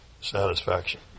satisfaction